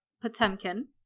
Potemkin